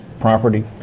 property